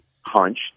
hunch